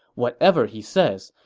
whatever he says,